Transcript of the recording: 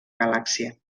galàxia